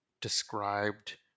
described